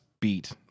beat